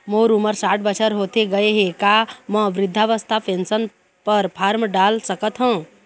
मोर उमर साठ बछर होथे गए हे का म वृद्धावस्था पेंशन पर फार्म डाल सकत हंव?